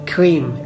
Cream